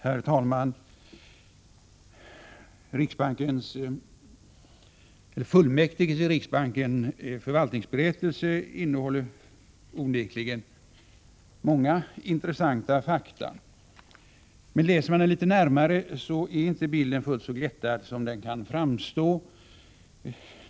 Herr talman! Riksbanksfullmäktiges förvaltningsberättelse innehåller onekligen många intressanta fakta. Läser man den litet noggrannare är emellertid inte bilden fullt så glättad som den annars kan framstå.